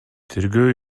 тергөө